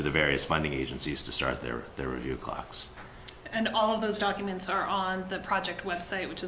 to the various funding agencies to start their their review clocks and all of those documents are on the project website which